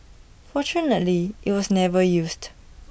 fortunately IT was never used